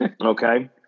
Okay